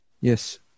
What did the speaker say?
Yes